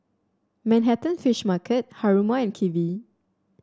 Manhattan Fish Market Haruma and Kiwi